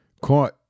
caught